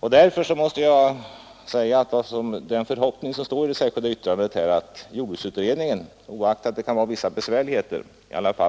Med hänsyn härtill är det angeläget att följa det förslag som framförs i det särskilda yttrandet, att jordbruksutredningen oaktat det kan vara förenat med vissa besvärligheter,